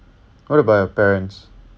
what about your parents